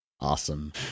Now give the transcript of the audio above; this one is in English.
Awesome